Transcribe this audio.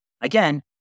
again